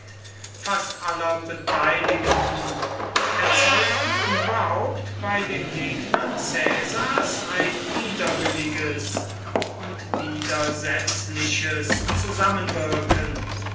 fast aller beteiligten erzeugten überhaupt bei den gegnern caesars ein widerwilliges und widersetzliches zusammenwirken